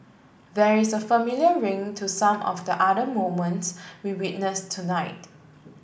there is a familiar ring to some of the other moments we witnessed tonight